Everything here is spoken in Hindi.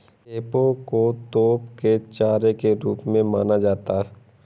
खेपों को तोप के चारे के रूप में माना जाता था